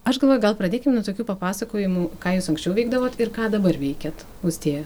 aš galvoju gal pradėkim nuo tokių papasakojimų ką jūs anksčiau veikdavot ir ką dabar veikiat austėja